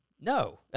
No